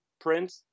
print